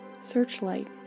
Searchlight